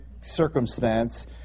circumstance